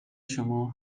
شما